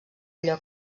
allò